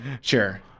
Sure